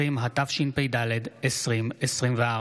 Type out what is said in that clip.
התשפ"ד 2024,